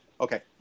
okay